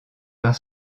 par